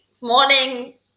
morning